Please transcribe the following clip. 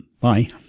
Bye